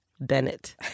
Bennett